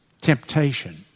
Temptation